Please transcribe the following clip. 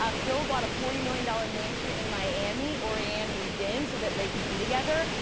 ah phil bought a forty million dollars mansion in miami. orianne moved in so that they could be together.